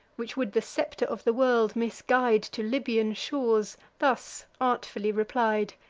which would the scepter of the world misguide to libyan shores, thus artfully replied